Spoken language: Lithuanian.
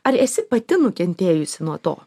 ar esi pati nukentėjusi nuo to